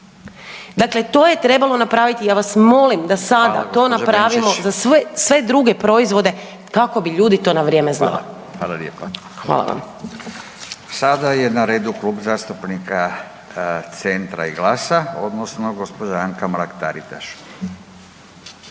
Dakle, to je trebalo napraviti i ja vas molim da sada to napravimo za sve druge proizvoda kako bi ljudi to na vrijeme znali. Hvala vam. **Radin, Furio (Nezavisni)** Hvala lijepa. Sada je na redu Klub zastupnika Centra i GLAS-a odnosno gospođa Anka Mrak Taritaš.